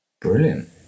brilliant